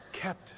kept